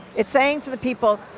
it's saying to the people,